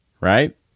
right